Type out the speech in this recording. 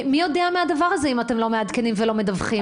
מי יודע מה הדבר הזה אם אתם לא מעדכנים ולא מדווחים?